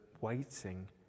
waiting